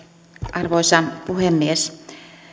arvoisa puhemies